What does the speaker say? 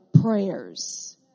prayers